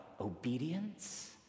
obedience